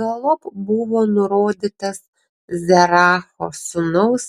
galop buvo nurodytas zeracho sūnaus